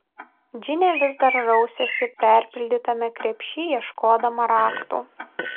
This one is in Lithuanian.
džinė vis dar rausėsi perpildytame krepšy ieškodama raktų